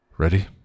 Ready